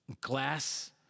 glass